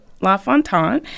LaFontaine